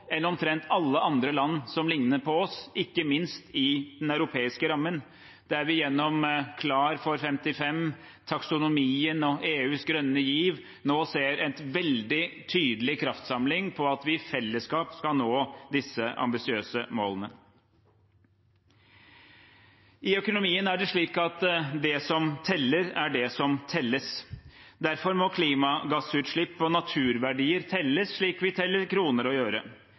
enn omtrent alle andre land som ligner på oss – ikke minst i den europeiske rammen, der vi gjennom Klar for 55, taksonomien og EUs grønne giv nå ser en veldig tydelig kraftsamling for at vi i fellesskap skal nå disse ambisiøse målene. I økonomien er det slik at det som teller, er det som telles. Derfor må klimagassutslipp og naturverdier telles slik vi teller kroner og øre. Til dette trenger vi å